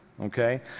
okay